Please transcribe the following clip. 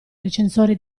recensore